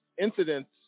Incidents